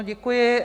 Děkuji.